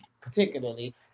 particularly